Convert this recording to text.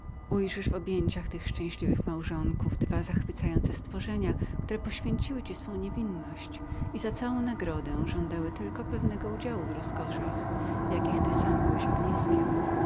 w objęciach tych szczęśliwych małżonków dwa zachwycające stworzenia które poświęciły ci pierwsze uczucia i za całą nagrodę żądały tylko pewny udział w rozkoszy jakich ty byłeś dla nich ogniskiem